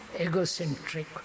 egocentric